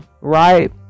right